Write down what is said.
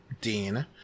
Dean